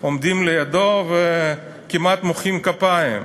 עומדים לידו וכמעט מוחאים כפיים.